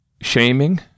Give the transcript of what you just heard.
shaming